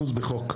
בחוק.